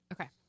Okay